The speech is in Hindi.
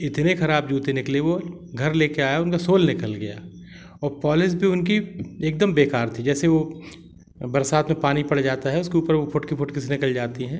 इतने ख़राब जूते निकले वह घर ले कर आया उनका सोल निकल गया और पॉलिस भी उनकी एकदम बेकार थी जैसे वह बरसात में पानी पड़ जाता है उसके ऊपर वह फुटकी फुटकी सी निकल जाती हैं